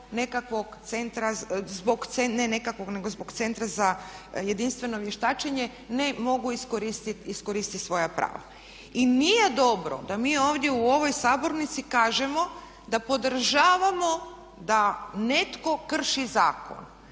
nego zbog Centra za jedinstveno vještačenje ne mogu iskoristiti svoja prava. I nije dobro da mi ovdje u ovoj sabornici kažemo da podržavamo da netko krši zakon.